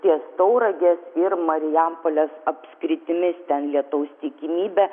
ties tauragės ir marijampolės apskritimis ten lietaus tikimybė